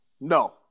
No